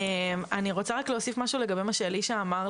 אני רוצה רק להוסיף משהו לגבי מה שאלישע אמר,